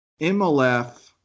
MLF